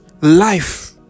life